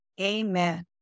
Amen